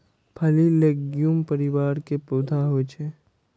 फली लैग्यूम परिवार के पौधा होइ छै